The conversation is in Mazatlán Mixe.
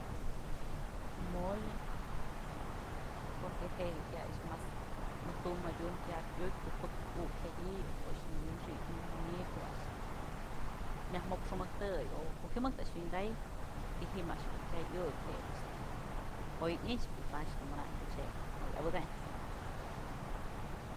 Mole, poque je'e jyay a'ax mas mëjtum madyun kyab iukpyë ko'o pëk ko'o ukë o ko'o a'ax nyëwi'inxik nyëwi'inxonyë ko'o a'ax myaj mox jumëjtëy o ko'o jyumëjtë a'ax wi'inkay y ji'i a'ax jedun kyay iukyë je'e ëch dun oy ni'ixpë y patyë ëch dun manayn koch je'e jawë yabëkayn.